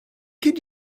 could